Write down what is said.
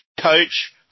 coach